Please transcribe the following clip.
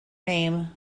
name